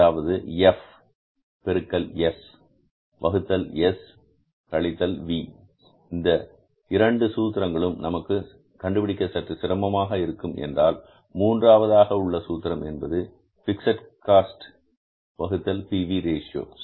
அது எஃப் பெருக்கல் எஸ் வகுத்தல் எஸ் கழித்தல் வி இந்த இரண்டு சூத்திரங்களும் நமக்கு கண்டுபிடிக்க சற்று சிரமமாக இருக்கும் என்றால் மூன்றாவதாக உள்ள சூத்திரம் என்பது பிக்ஸட் காஸ்ட் வகுத்தல் P V ratio PV Ratio